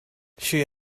she